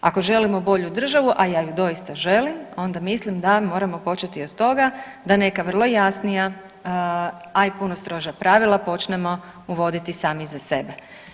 Ako želimo bolju državu, a ja ju doista želim onda mislim da moramo početi od toga da neka vrlo jasnija, a i puno stroža pravila počnemo uvoditi sami za sebe.